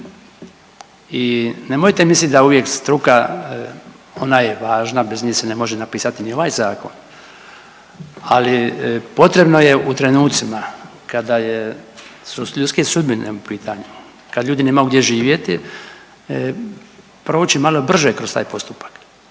i nemojte mislit da uvijek struka, ona je važna, bez nje se ne može napisat ni ovaj zakon, ali potrebno je u trenucima kada je, su ljudske sudbine u pitanju, kad ljudi nemaju gdje živjeti, proći malo brže kroz taj postupak,